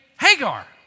Hagar